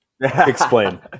Explain